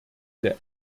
der